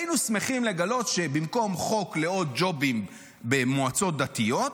היינו שמחים לגלות שבמקום חוק לעוד ג'ובים במועצות דתיות,